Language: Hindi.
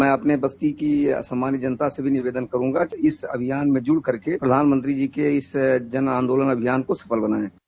मैं अपने बस्ती की सामान्य जनता से भी निवेदन करूंगा कि इस अभियान में जुड़ करके प्रधानमंत्री जी के इस जन आन्दोलन अभियान को सफल बनायें